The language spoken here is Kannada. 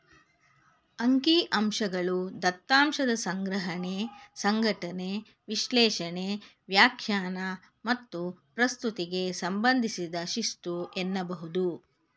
ಅಂಕಿಅಂಶಗಳು ದತ್ತಾಂಶದ ಸಂಗ್ರಹಣೆ, ಸಂಘಟನೆ, ವಿಶ್ಲೇಷಣೆ, ವ್ಯಾಖ್ಯಾನ ಮತ್ತು ಪ್ರಸ್ತುತಿಗೆ ಸಂಬಂಧಿಸಿದ ಶಿಸ್ತು ಎನ್ನಬಹುದು